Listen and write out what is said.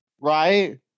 Right